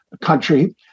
country